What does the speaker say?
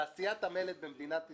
תעשיית המלט במדינת ישראל,